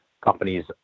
companies